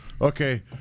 Okay